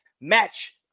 match